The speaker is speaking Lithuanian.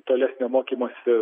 tolesnio mokymosi